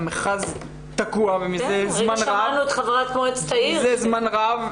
והן לא נמצאות במקומות שמקדמים אותן בחוויה האישית שלהן.